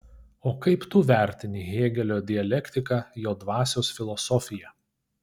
o kaip tu vertini hėgelio dialektiką jo dvasios filosofiją